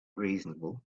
reasonable